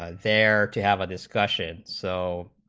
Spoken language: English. ah they are to have a discussion so